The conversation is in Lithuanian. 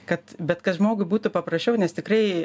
kad bet kad žmogui būtų paprasčiau nes tikrai